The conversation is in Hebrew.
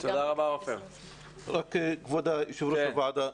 כבוד יושב ראש הוועדה,